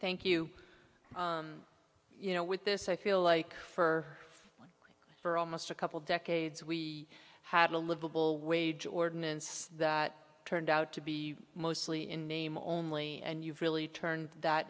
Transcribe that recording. thank you you know with this i feel like for for almost a couple decades we had a livable wage ordinance that turned out to be mostly in name only and you've really turned that